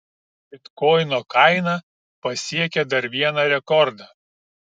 bitkoino kaina pasiekė dar vieną rekordą